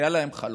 היה להם חלום: